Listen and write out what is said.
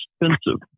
expensive